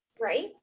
Right